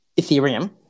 Ethereum